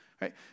right